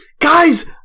guys